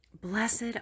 Blessed